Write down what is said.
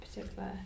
particular